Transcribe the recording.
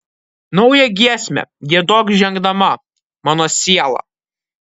naują giesmę giedok žengdama mano siela